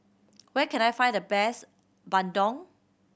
where can I find the best bandung